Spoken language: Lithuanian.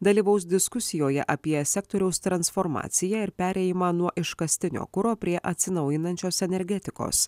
dalyvaus diskusijoje apie sektoriaus transformaciją ir perėjimą nuo iškastinio kuro prie atsinaujinančios energetikos